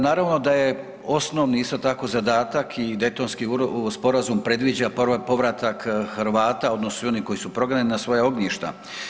Naravno da je osnovni isto tako zadatak i Daytonski sporazum predviđa povratak Hrvata odnosno svih onih koji su prognani na svoja ognjišta.